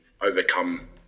overcome